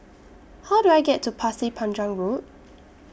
How Do I get to Pasir Panjang Road